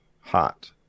hot